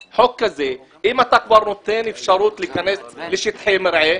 אם אתה כבר נותן אפשרות להיכנס לשטחי מרעה,